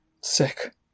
Sick